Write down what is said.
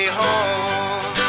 home